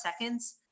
seconds